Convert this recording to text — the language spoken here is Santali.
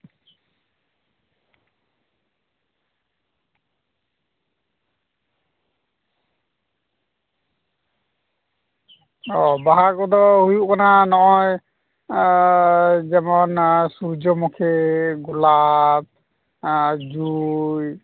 ᱚ ᱵᱟᱦᱟ ᱠᱚᱫᱚ ᱦᱩᱭᱩᱜ ᱠᱟᱱᱟ ᱱᱚᱜᱼᱚᱭ ᱡᱮᱢᱚᱱ ᱥᱩᱨᱡᱚᱢᱩᱠᱷᱤ ᱜᱳᱞᱟᱯ ᱡᱩᱸᱭ